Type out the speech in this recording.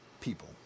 people